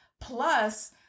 Plus